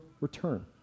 return